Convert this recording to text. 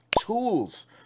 tools